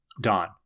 Don